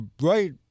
right